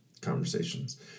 conversations